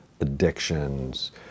addictions